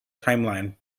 timeline